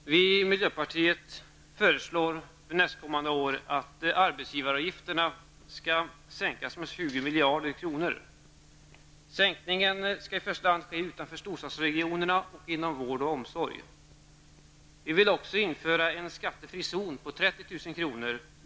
Herr talman! Vi i miljöpartiet föreslår för nästkommande år att arbetsgivaravgifterna skall sänkas med 20 miljarder kronor. Sänkningen skall i första hand ske utanför storstadsregionerna och inom vård och omsorg. Vi vill också införa en skattefri zon på 30 000 kr.